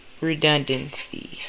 redundancy